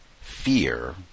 fear